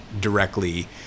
directly